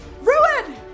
Ruin